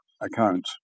account